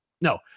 no